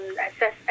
access